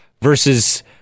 versus